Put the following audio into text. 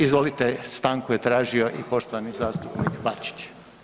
Izvolite stanku je tražio i poštovani zastupnik Bačić.